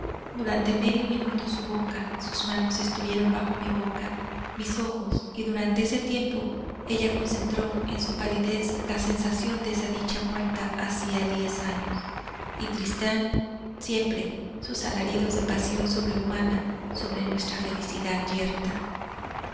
durante medio minuto su boca sus manos estuvieron bajo mi boca mis ojos y durante ese tiempo ella concentró en su palidez la sensación de esa dicha muerta hacia diez años y tristán siempre sus alaridos de pasión sobrehumana sobre nuestra felicidad yerta